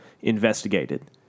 investigated